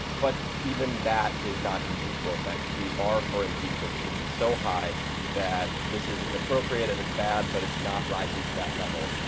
but, even that is not an impeachable offense, the bar for impeachment should be so high that this is inappropriate, and it's bad, but it's not rising to that level.